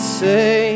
say